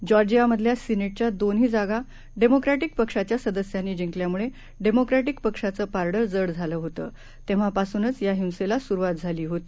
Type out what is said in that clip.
जॉर्जिआमधल्यासिनेटच्यादोन्हीजागाडेमॉक्रॅटीकपक्षाच्यासदस्यांनीजिंकल्यामुळेडेमॉक्रॅटीकपक्षाचंपारडंजडझालंहोतं तेव्हापासूनचयाहिंसेलासुरवातझालीहोती